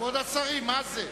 כבוד השרים, מה זה?